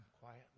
quietly